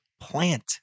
plant